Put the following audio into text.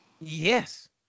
Yes